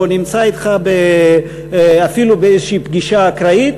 או נמצא אתך אפילו באיזו פגישה אקראית.